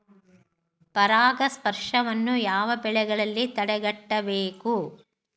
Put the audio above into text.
ಪರಾಗಸ್ಪರ್ಶವನ್ನು ಯಾವ ಬೆಳೆಗಳಲ್ಲಿ ತಡೆಗಟ್ಟಬೇಕು?